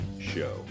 show